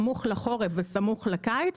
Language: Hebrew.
הדרכה סמוך לחורף וסמוך לקיץ.